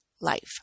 life